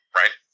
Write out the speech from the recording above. right